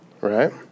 right